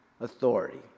authority